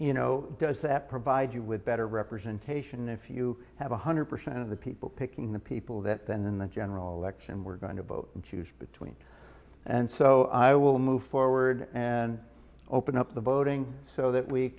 you know does that provide you with better representation if you have one hundred percent of the people picking the people that in the general election we're going to vote and choose between and so i will move forward and open up the voting so that we